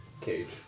cage